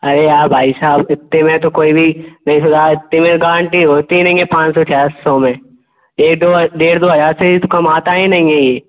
अरे यार भाई साहब इतने में तो कोई भी इतने में गारेन्टी होती नहीं है पाँच सौ छः सौ में एक दो डेढ़ दो हज़ार से ही तो कम आता ही नहीं है ये